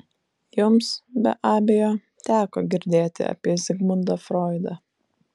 jums be abejo teko girdėti apie zigmundą froidą